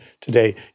today